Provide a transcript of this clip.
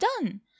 done